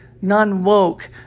non-woke